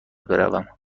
بروم